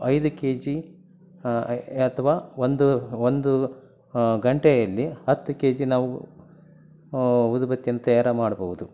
ಐದು K G ಅಥವಾ ಒಂದು ಒಂದು ಗಂಟೆಯಲ್ಲಿ ಹತ್ತು ಕೆ ಜಿ ನಾವು ಊದುಬತ್ತಿಯನ್ನ ತಯಾರು ಮಾಡ್ಬೌದು